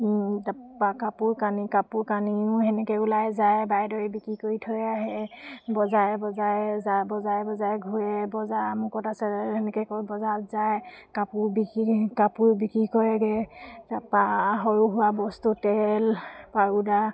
তাৰপৰা কাপোৰকানি কাপোৰকানিও সেনেকৈ ওলাই যায় বাইদেৱে বিক্ৰী কৰি থৈ আহে বজাৰে বজাৰে যায় বজাৰে বজাৰে ঘূৰে বজাৰ অমুকত আছে এনেকৈ কয় বজাৰত যায় কাপোৰ বিক্ৰী কাপোৰ বিক্ৰী কৰেগৈ তাৰপৰা সৰুসুৰা বস্তু তেল পাউদাৰ